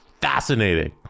fascinating